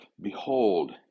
behold